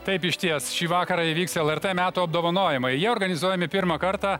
taip išties šį vakarą įvyks lrt metų apdovanojimai jie organizuojami pirmą kartą